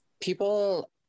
people